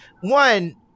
one